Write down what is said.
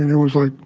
it was like,